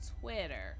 Twitter